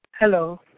Hello